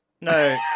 No